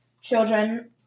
children